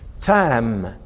Time